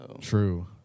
True